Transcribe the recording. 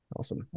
awesome